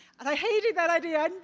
and i hated that idea.